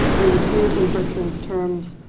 we refuse in britzman's terms,